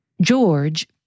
George